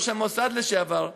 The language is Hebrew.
ראש המוסד לשעבר,